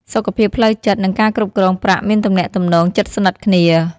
សុខភាពផ្លូវចិត្ត និងការគ្រប់គ្រងប្រាក់មានទំនាក់ទំនងជិតស្និទ្ធគ្នា។